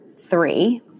three